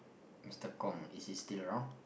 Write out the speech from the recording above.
Mister-Kong is he still around